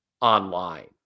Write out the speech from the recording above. online